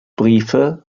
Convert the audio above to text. briefe